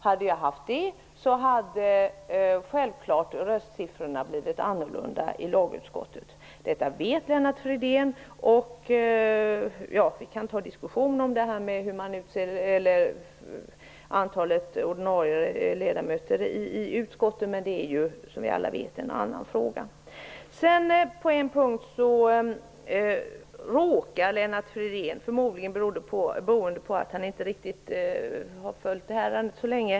Hade jag haft det hade självfallet röstsiffrorna blivit annorlunda i lagutskottet. Detta vet Lennart Fridén. Vi kan ta en diskussion om antalet ordinarie ledamöter i utskotten, men det är, som vi alla vet, en annan fråga. På en punkt råkar Lennart Fridén anföra ett sällsynt dåligt argument, förmodligen beroende på att han inte har följt detta ärende så länge.